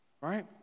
Right